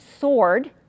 sword